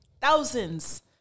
Thousands